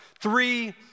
three